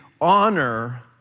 honor